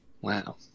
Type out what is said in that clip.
Wow